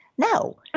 No